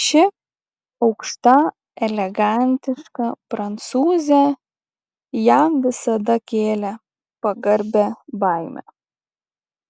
ši aukšta elegantiška prancūzė jam visada kėlė pagarbią baimę